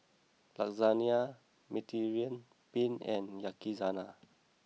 Lasagna Mediterranean Penne and Yakizakana